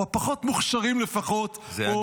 או הפחות-מוכשרים לפחות או חסרי המצפון.